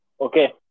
Okay